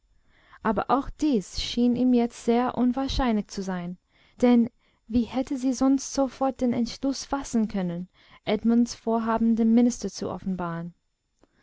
aber auch dies schien ihm jetzt sehr unwahrscheinlich zu sein denn wie hätte sie sonst sofort den entschluß fassen können edmunds vorhaben dem minister zu offenbaren